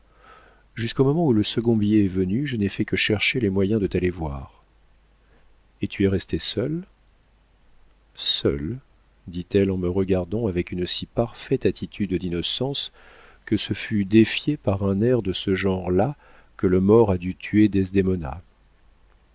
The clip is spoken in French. souffrances jusqu'au moment où le second billet est venu je n'ai fait que chercher les moyens de t'aller voir et tu es restée seule seule dit-elle en me regardant avec une si parfaite attitude d'innocence que ce fut défié par un air de ce genre-là que le more a dû tuer desdémona